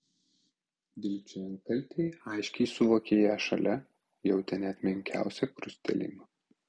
dilgčiojant kaltei aiškiai suvokė ją šalia jautė net menkiausią krustelėjimą